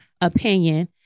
opinion